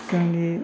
जोंनि